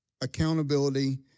accountability